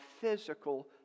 physical